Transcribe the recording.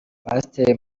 pasteur